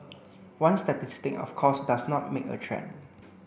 one statistic of course does not make a trend